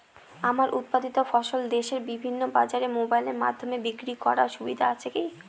আমার উৎপাদিত ফসল দেশের বিভিন্ন বাজারে মোবাইলের মাধ্যমে বিক্রি করার সুবিধা আছে কি?